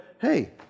hey